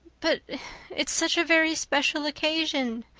but it's such a very special occasion,